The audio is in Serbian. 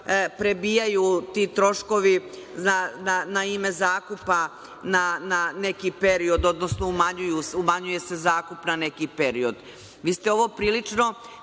prebijaju ti troškovi na ime zakupa na neki period, odnosno umanjuje se zakup na neki period. Vi ste ovo prilično